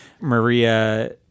Maria